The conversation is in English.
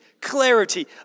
clarity